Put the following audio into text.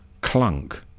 Clunk